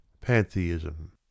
pantheism